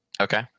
okay